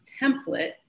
template